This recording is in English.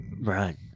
Right